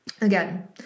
Again